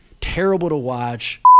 terrible-to-watch